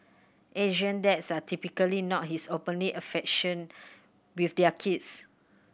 Asian dads are typically not his openly affection with their kids